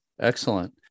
excellent